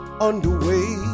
underway